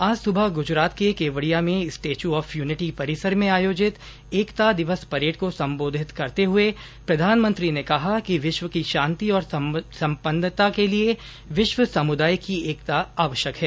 आज सुबह गुजरात के केवडिया में स्टेच्यू ऑफ यूनिटी परिसर में आयोजित एकता दिवस परेड को संबोधित करते हुए प्रधानमंत्री ने कहा कि विश्व की शांति और सपन्नता के लिए विश्व समुदाय की एकता आवश्यक है